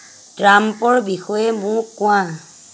ট্ৰাম্পৰ বিষয়ে মোক কোৱা